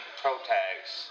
protags